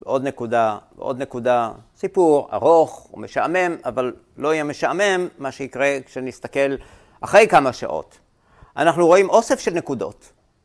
ועוד נקודה, סיפור ארוך ומשעמם, אבל לא יהיה משעמם מה שיקרה כשנסתכל אחרי כמה שעות. אנחנו רואים אוסף של נקודות.